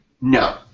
No